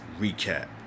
recap